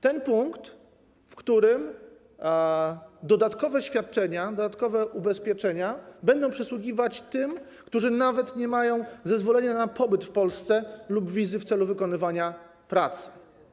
Ten punkt, w którym dodatkowe świadczenia, dodatkowe ubezpieczenia, będą przysługiwać tym, którzy nawet nie mają zezwolenia na pobyt w Polsce lub wizy w celu wykonywania pracy.